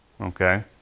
okay